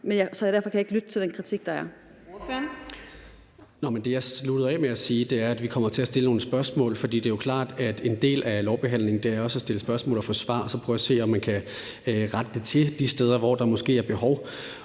kan han ikke lytte til den kritik, der er?